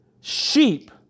sheep